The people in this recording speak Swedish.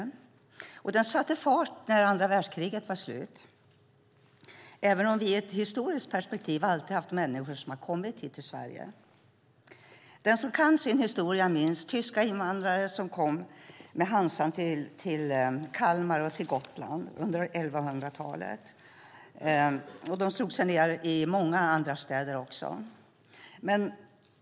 Arbetskraftsinvandringen satte fart när andra världskriget var slut, även om vi i ett historiskt perspektiv alltid haft människor som har kommit hit till Sverige. Den som kan sin historia minns tyska invandrare som kom med Hansan till Kalmar och till Gotland under 1100-talet. De slog sig också ned i många andra städer.